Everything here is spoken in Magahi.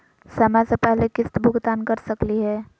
समय स पहले किस्त भुगतान कर सकली हे?